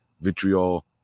vitriol